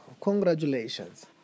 Congratulations